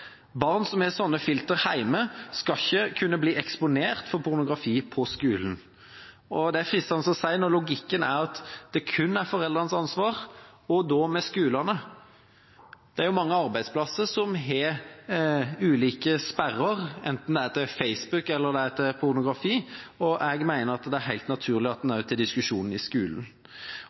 Barn som har slike filtre hjemme, skal ikke kunne bli eksponert for pornografi på skolen. Det er fristende å si at når logikken er at det kun er foreldrenes ansvar, hva da med skolene? Det er mange arbeidsplasser som har ulike sperrer, enten det er til Facebook eller til pornografi, og jeg mener det er helt naturlig at en også tar diskusjonen i skolen.